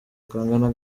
kangana